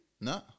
No